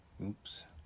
Oops